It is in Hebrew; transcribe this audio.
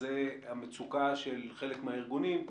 וזה המצוקה של חלק מן הארגונים,